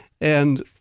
And-